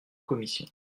commission